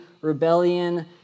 rebellion